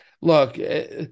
Look